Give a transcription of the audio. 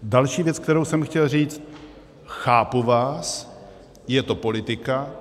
Další věc, kterou jsem chtěl říct chápu vás, je to politika.